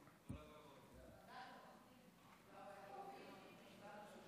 חוק שוויון זכויות לאנשים עם מוגבלות (תיקון מס' 22 והוראת שעה),